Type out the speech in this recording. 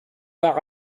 par